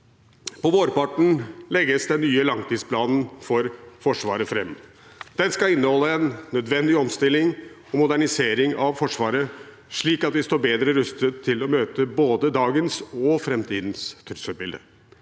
På vårparten legges den nye langtidsplanen for Forsvaret fram. Den skal inneholde en nødvendig omstilling og modernisering av Forsvaret, slik at vi står bedre rustet til å møte både dagens og framtidens trusselbilde.